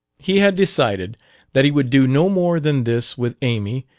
he had decided that he would do no more than this with amy,